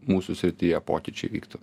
mūsų srityje pokyčiai įvyktų